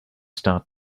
start